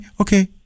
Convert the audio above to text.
Okay